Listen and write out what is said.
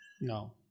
no